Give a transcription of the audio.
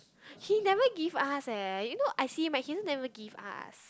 he never give us eh you know I see him he also never give us